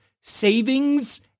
savings